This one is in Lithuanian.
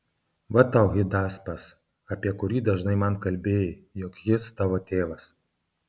va tau hidaspas apie kurį dažnai man kalbėjai jog jis tavo tėvas